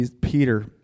Peter